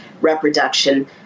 reproduction